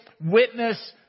witness